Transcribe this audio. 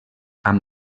amb